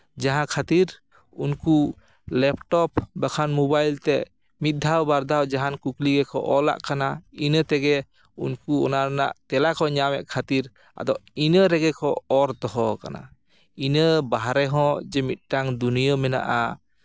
ᱡᱟᱦᱟᱸ ᱠᱷᱟᱹᱛᱤᱨ ᱩᱱᱠᱩ ᱞᱮᱯᱴᱚᱯ ᱵᱟᱠᱷᱟᱱ ᱢᱳᱵᱟᱭᱤᱞ ᱛᱮ ᱢᱤᱫ ᱫᱷᱟᱣ ᱵᱟᱨ ᱫᱷᱟᱣ ᱡᱟᱦᱟᱱ ᱠᱩᱠᱞᱤ ᱠᱚᱠᱚ ᱚᱞᱟᱜ ᱠᱟᱱᱟ ᱤᱱᱟᱹ ᱛᱮᱜᱮ ᱩᱱᱠᱩ ᱚᱱᱟ ᱨᱮᱱᱟᱜ ᱛᱮᱞᱟ ᱠᱚ ᱧᱟᱢᱮᱜ ᱠᱷᱟᱹᱛᱤᱨ ᱟᱫᱚ ᱤᱱᱟᱹ ᱨᱮᱜᱮ ᱠᱚ ᱚᱨ ᱫᱚᱦᱚ ᱠᱟᱱᱟ ᱤᱱᱟᱹ ᱵᱟᱦᱨᱮ ᱦᱚᱸ ᱡᱮ ᱢᱤᱫᱴᱟᱱ ᱫᱩᱱᱭᱟᱹ ᱢᱮᱱᱟᱜᱼᱟ